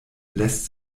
lässt